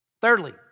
Thirdly